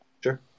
Sure